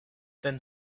then